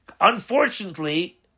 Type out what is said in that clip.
Unfortunately